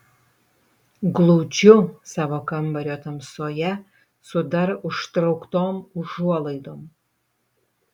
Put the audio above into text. glūdžiu savo kambario tamsoje su dar užtrauktom užuolaidom